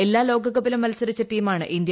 എല്ലാ ലോകകപ്പിലും മത്സരിച്ച ടീമാണ്ട് ക്ക് ഇന്ത്യ